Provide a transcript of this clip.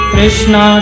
Krishna